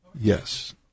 Yes